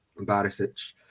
Barisic